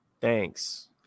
thanks